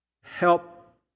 help